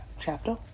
chapter